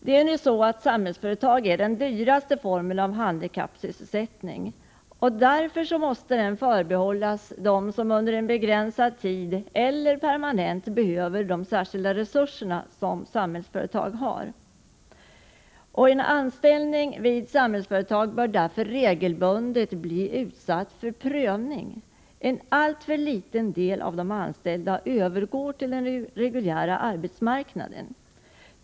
Anställning vid Samhällsföretag är den dyraste formen av handikappsysselsättning. Därför måste den förbehållas dem som under en begränsad tid eller permanent behöver de särskilda resurser som Samhällsföretag har. En anställning vid Samhällsföretag bör därför regelbundet bli utsatt för prövning. En alltför liten del av de anställda övergår till den reguljära arbetsmarknaden.